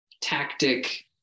tactic